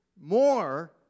more